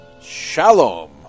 Shalom